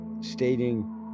stating